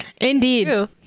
indeed